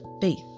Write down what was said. faith